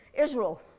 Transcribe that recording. Israel